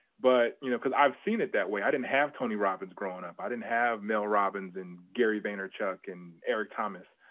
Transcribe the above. but, you know, cause i'd seen it that way, i didn't have tony robbins growing up, i didn't mel robbins, and gary vaynerchuk and eric thomas.